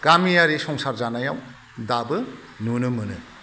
गामियारि संसार जानायाव दाबो नुनो मोनो